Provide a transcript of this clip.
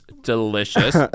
delicious